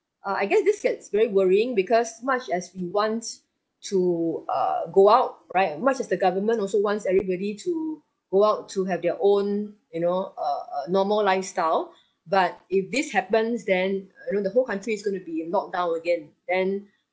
uh I guess this gets very worrying because much as we want to uh go out right much as the government also wants everybody to go out to have their own you know uh uh normal lifestyle but if this happens then you know the whole country is gonna be locked down again then